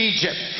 Egypt